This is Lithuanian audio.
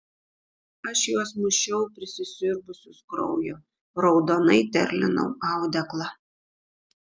aš juos mušiau prisisiurbusius kraujo raudonai terlinau audeklą